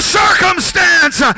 circumstance